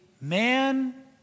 man